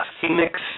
Phoenix